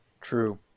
True